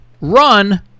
run